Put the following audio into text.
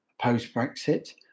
post-Brexit